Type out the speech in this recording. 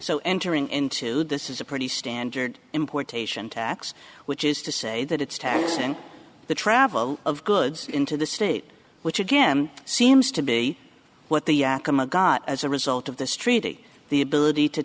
so entering into this is a pretty standard importation tax which is to say that it's taxed in the travel of goods into the state which again seems to be what the yakama got as a result of this treaty the ability to